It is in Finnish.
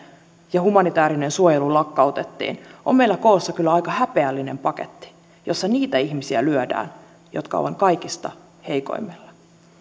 ja humanitäärinen suojelu lakkautettiin on meillä koossa kyllä aika häpeällinen paketti jossa lyödään niitä ihmisiä jotka ovat kaikista heikoimmilla